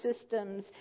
systems